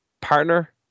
partner